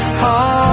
heart